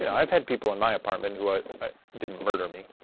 you know i've had people in my apartment who didn't murder me.